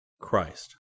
christ